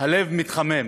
הלב מתחמם.